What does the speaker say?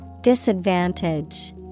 Disadvantage